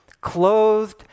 clothed